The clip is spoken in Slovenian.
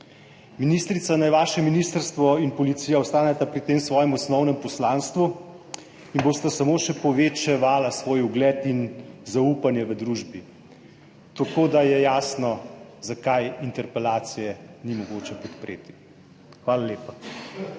Ministrica, naj vaše ministrstvo in policija ostaneta pri tem svojem osnovnem poslanstvu in bosta samo še povečevala svoj ugled in zaupanje v družbi. Tako da je jasno zakaj interpelacije ni mogoče podpreti. Hvala lepa.